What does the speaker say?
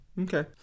Okay